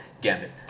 Gambit